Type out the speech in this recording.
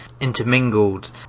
intermingled